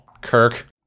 Kirk